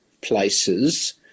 places